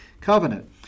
covenant